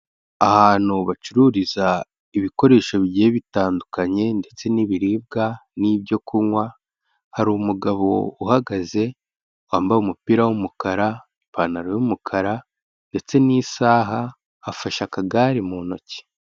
Ahantu bacururiza ibikoresho bigiye bitandukanye ndetse n'ibiribwa n'ibyo kunywa, hari umugabo uhagaze, wambaye umupira w'umukara, ipantaro y'umukara ndetse n'isaha, afashe akagare mu ntoki.